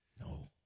No